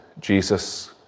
Jesus